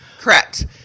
Correct